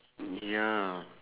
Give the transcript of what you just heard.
ya